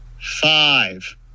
Five